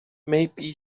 maybe